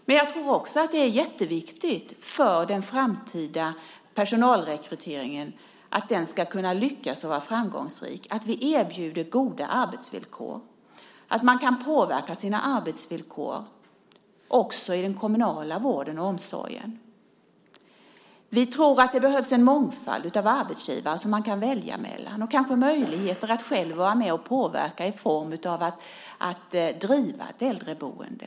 Men jag tror också att det är jätteviktigt om den framtida personalrekryteringen ska vara framgångsrik att vi erbjuder goda arbetsvillkor, så att man kan påverka sina arbetsvillkor också i den kommunala vården och omsorgen. Vi tror att det behövs en mångfald av arbetsgivare som man kan välja mellan och kanske möjligheter att själv vara med och påverka till exempel genom att driva ett äldreboende.